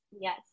Yes